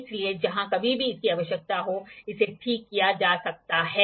इसलिए जहां कहीं भी इसकी आवश्यकता हो इसे ठीक किया जा सकता है